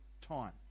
Time